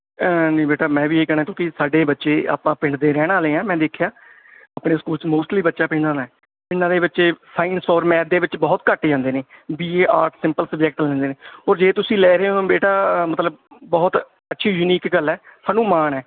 ਐਂ ਨਹੀਂ ਬੇਟਾ ਮੈਂ ਵੀ ਇਹ ਕਹਿਣਾ ਕਿਉਂਕਿ ਸਾਡੇ ਬੱਚੇ ਆਪਾਂ ਪਿੰਡ ਦੇ ਰਹਿਣ ਵਾਲੇ ਹਾਂ ਮੈਂ ਦੇਖਿਆ ਆਪਣੇ ਸਕੂਲ 'ਚ ਮੋਸਟਲੀ ਬੱਚਾ ਪਿੰਡ ਵਾਲਾ ਹੈ ਅਤੇ ਨਾਲੇ ਬੱਚੇ ਸਾਇੰਸ ਔਰ ਮੈਥ ਦੇ ਵਿੱਚ ਬਹੁਤ ਘੱਟ ਜਾਂਦੇ ਨੇ ਬੀਏ ਆਰਟਸ ਸਿੰਪਲ ਸਬਜੈਕਟ ਲੈਂਦੇ ਨੇ ਉਹ ਜੇ ਤੁਸੀਂ ਲੈ ਰਹੇ ਹੋ ਬੇਟਾ ਮਤਲਬ ਬਹੁਤ ਅੱਛੀ ਯੂਨੀਕ ਗੱਲ ਹੈ ਸਾਨੂੰ ਮਾਣ ਹੈ